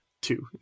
two